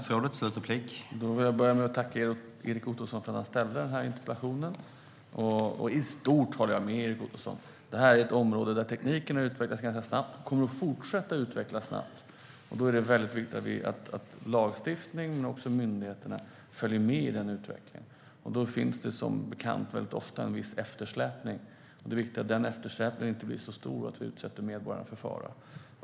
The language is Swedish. Herr talman! Jag vill börja med att tacka Erik Ottoson för att han har ställt denna interpellation. I stort håller jag med Erik Ottoson. Detta är ett område där tekniken har utvecklats ganska snabbt och kommer att fortsätta att göra det. Det är viktigt att lagstiftning och myndigheter följer med i den utvecklingen. Som bekant finns ofta en viss eftersläpning, och det är viktigt att den inte blir så stor att vi utsätter medborgarna för fara.